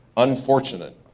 unfortunate,